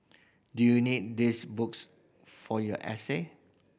do you need these books for your essay